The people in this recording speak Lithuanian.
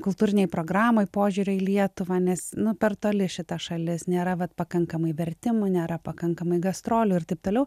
kultūrinėj programoj požiūrio į lietuvą nes nu per toli šita šalis nėra vat pakankamai vertimų nėra pakankamai gastrolių ir taip toliau